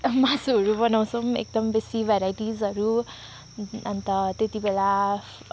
मासुहरू बनाउँछौँ एकदम बेसी भेराइटिजहरू अन्त त्यति बेला